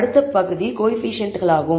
அடுத்த பகுதி கோயபிசியன்ட்களாகும்